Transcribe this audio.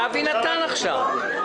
אבי נתן עכשיו תשובה.